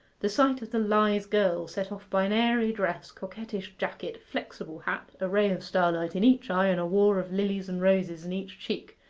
the sight of the lithe girl, set off by an airy dress, coquettish jacket, flexible hat, a ray of starlight in each eye and a war of lilies and roses in each cheek,